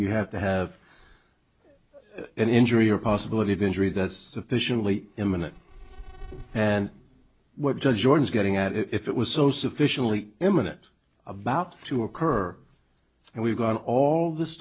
you have to have an injury or possibility of injury that sufficiently imminent and what george is getting at if it was so sufficiently imminent about to occur and we've gone all this